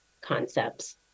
concepts